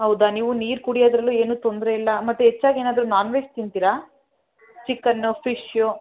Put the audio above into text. ಹೌದಾ ನೀವು ನೀರು ಕುಡಿಯೋದರಲ್ಲೂ ಏನು ತೊಂದರೆಯಿಲ್ಲ ಮತ್ತೆ ಹೆಚ್ಚಾಗಿ ಏನಾದರು ನಾನ್ ವೆಜ್ ತಿಂತೀರಾ ಚಿಕನ್ನು ಫಿಶ್ಶು